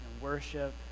worship